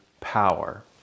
power